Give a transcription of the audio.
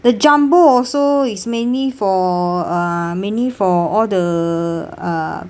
the jumbo also is mainly for uh mainly for all the uh